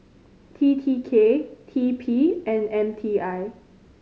T T K T P and M T I